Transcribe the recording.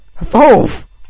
Evolve